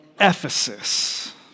Ephesus